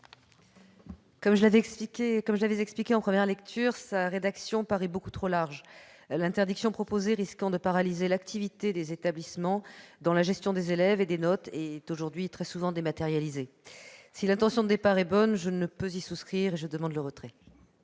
Comme je l'avais expliqué en première lecture, la rédaction de l'amendement paraît beaucoup trop large, l'interdiction proposée risquant de paralyser l'activité des établissements dont la gestion des élèves et des notes est aujourd'hui très souvent dématérialisée. Si l'intention de départ est bonne, je ne peux souscrire à cet amendement,